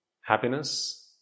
happiness